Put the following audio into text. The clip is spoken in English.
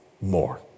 more